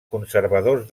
conservadors